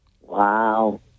Wow